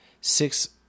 Six